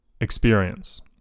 experience